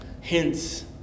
hints